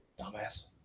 Dumbass